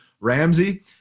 Ramsey